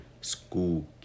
school